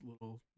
little